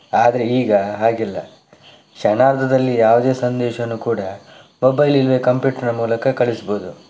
ಆದರೆ ಈಗ ಹಾಗಿಲ್ಲ ಕ್ಷಣಾರ್ಧದಲ್ಲಿ ಯಾವುದೇ ಸಂದೇಶನು ಕೂಡ ಮೊಬೈಲ್ ಇಲ್ಲವೇ ಕಂಪ್ಯೂಟರ್ನ ಮೂಲಕ ಕಳಿಸಬಹುದು